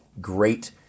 great